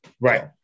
Right